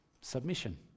submission